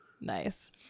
Nice